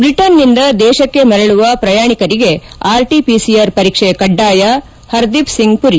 Britain ನಿಂದ ದೇಶಕ್ಕೆ ಮರಳುವ ಪ್ರಯಾಣಿಕರಿಗೆ ಆರ್ಟಿಸಿಆರ್ ಪರೀಕ್ಷೆ ಕಡ್ಡಾಯ ಹರಿದೀಪ್ ಸಿಂಗ್ ಮರಿ